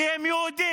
כי הם יהודים,